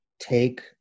take